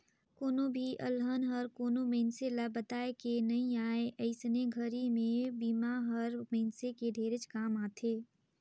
कोनो भी अलहन हर कोनो मइनसे ल बताए के नइ आए अइसने घरी मे बिमा हर मइनसे के ढेरेच काम आथे